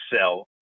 sell